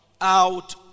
out